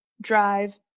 drive